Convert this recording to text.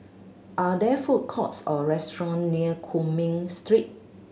are there food courts or restaurant near Cumming Street